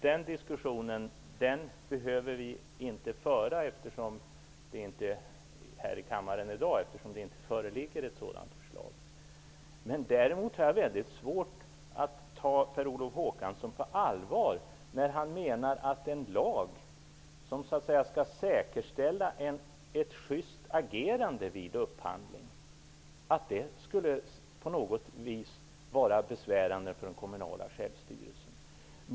Den diskussionen behöver vi inte föra här i kammaren i dag, eftersom det inte föreligger ett sådant förslag. Jag har svårt att ta Per Olof Håkansson på allvar när han menar att en lag som skall säkerställa ett sjyst agerande vid upphandling skulle vara besvärande för den kommunala självstyrelsen.